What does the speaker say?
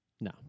no